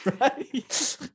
right